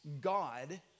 God